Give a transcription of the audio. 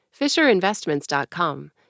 Fisherinvestments.com